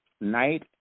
night